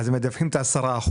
הם מדווחים את ה-10%.